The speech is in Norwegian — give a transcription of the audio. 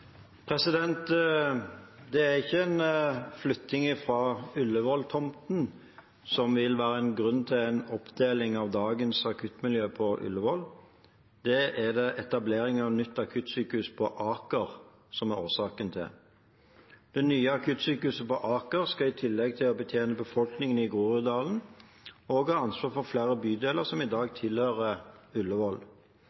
Det er ikke en flytting fra Ullevål-tomten som vil være en grunn til en oppdeling av dagens akuttmiljø på Ullevål, det er det etableringen av et nytt akuttsykehus på Aker som er årsaken til. Det nye akuttsykehuset på Aker skal i tillegg til å betjene befolkningen i Groruddalen også ha ansvar for flere bydeler som i dag